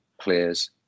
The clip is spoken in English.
players